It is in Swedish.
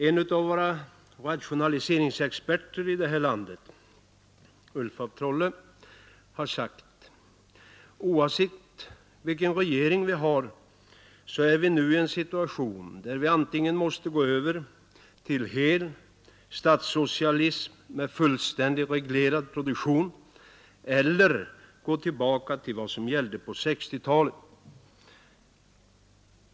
En av våra rationaliseringsexperter i det här landet, Ulf af Trolle, har sagt att oavsett vilken regering vi har så är vi nu i en situation där vi antingen måste gå över till hel statssocialism med fullständigt reglerad produktion, eller gå tillbaka till vad som gällde på 1950-talet.